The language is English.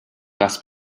ask